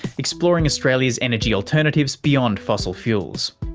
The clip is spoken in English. exploring australia's energy alternatives beyond fossil fuels.